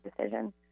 decision